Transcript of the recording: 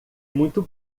muito